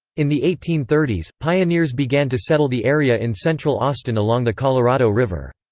in the eighteen thirty s, pioneers began to settle the area in central austin along the colorado river.